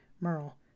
merle